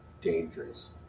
dangerous